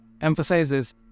emphasizes